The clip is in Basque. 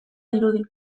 dirudi